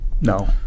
No